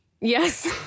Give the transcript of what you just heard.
Yes